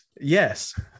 Yes